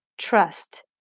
trust